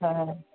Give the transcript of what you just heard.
हा